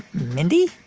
mindy?